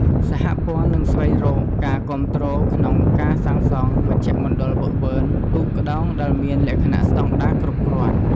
សហព័ន្ធនឹងស្វែងរកការគាំទ្រក្នុងការសាងសង់មជ្ឈមណ្ឌលហ្វឹកហ្វឺនទូកក្ដោងដែលមានលក្ខណៈស្តង់ដារគ្រប់់គ្រាន់។